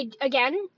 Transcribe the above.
again